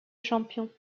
champion